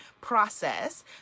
process